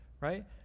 right